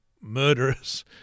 murderers